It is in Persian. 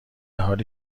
حالی